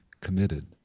committed